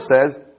says